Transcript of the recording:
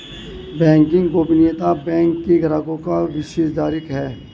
banking गोपनीयता bank के ग्राहकों का विशेषाधिकार है